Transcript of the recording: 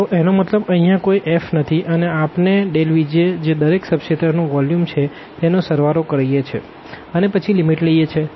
તો એનો મતલબ અહિયાં કોઈ f નથી અને આપણે Vjજે દરેક સબ રિજિયન નું વોલ્યુમ છે તેનો સળવાળો કરીએ છે અને પછી લીમીટ લઈએ છે